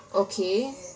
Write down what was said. okay